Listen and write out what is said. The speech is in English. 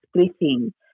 splitting